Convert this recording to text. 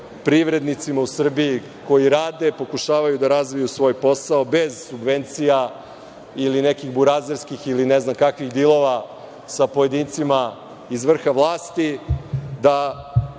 privrednicima u Srbiji koji rade, pokušavaju da razviju svoj posao bez subvencija ili nekih burazerskih ili ne znam kakvih dilova sa pojedincima iz vrha vlasti, da